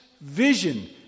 vision